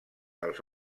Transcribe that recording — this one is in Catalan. els